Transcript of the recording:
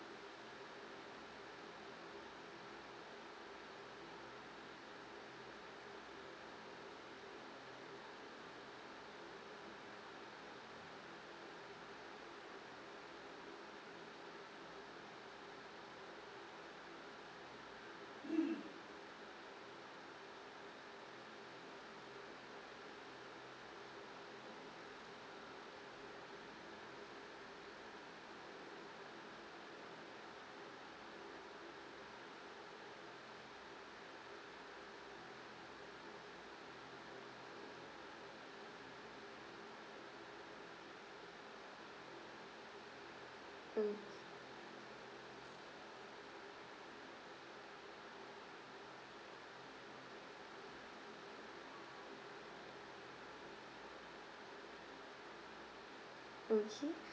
okay okay